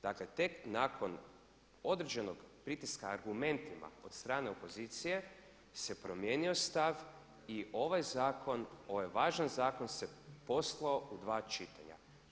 Dakle, tek nakon određenog pritiska argumentima od strane opozicije se promijenio stav i ovaj zakon, ovaj važan zakon se poslao u dva čitanja.